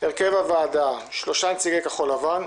הרכב הוועדה שלושה נציגי כחול לבן,